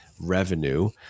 revenue